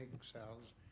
cells